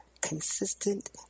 consistent